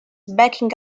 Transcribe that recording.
backing